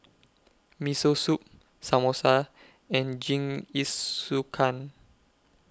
Miso Soup Samosa and Jingisukan